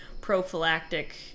prophylactic